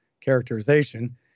characterization